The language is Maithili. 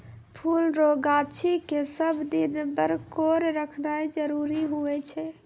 फुल रो गाछी के सब दिन बरकोर रखनाय जरूरी हुवै छै